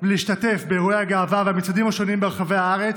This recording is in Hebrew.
ולהשתתף באירועי הגאווה והמצעדים השונים ברחבי הארץ,